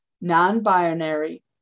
non-binary